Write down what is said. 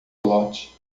lote